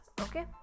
Okay